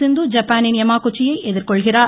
சிந்து ஜப்பானின் யெமா குச்சியை எதிர்கொள்கிறார்